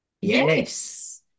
Yes